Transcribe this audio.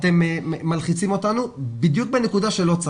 אתם מלחיצים אותנו בדיוק בנקודה שלא צריך.